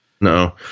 no